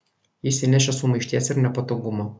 jis įnešė sumaišties ir nepatogumo